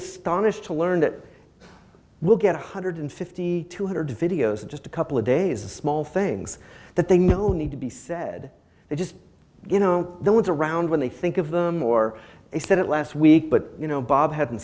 astonished to learn that we'll get one hundred fifty two hundred videos in just a couple of days the small things that they know need to be said they just you know the ones around when they think of them or they said it last week but you know bob hadn't